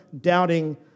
doubting